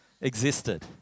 existed